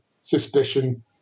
suspicion